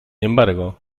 embargo